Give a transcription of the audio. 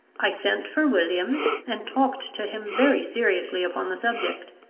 i sent for williams, and talked to him very seriously upon the subject.